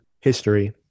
history